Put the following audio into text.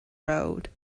road